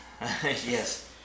Yes